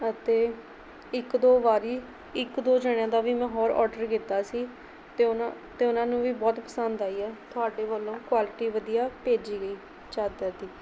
ਅਤੇ ਇੱਕ ਦੋ ਵਾਰੀ ਇਕ ਦੋ ਜਣਿਆਂ ਦਾ ਵੀ ਮੈਂ ਹੋਰ ਔਡਰ ਕੀਤਾ ਸੀ ਅਤੇ ਉਹਨਾਂ ਅਤੇ ਉਹਨਾਂ ਨੂੰ ਵੀ ਬਹੁਤ ਪਸੰਦ ਆਈ ਆ ਤੁਹਾਡੇ ਵੱਲੋਂ ਕੁਆਲਿਟੀ ਵਧੀਆ ਭੇਜੀ ਗਈ ਚਾਦਰ ਦੀ